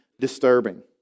disturbing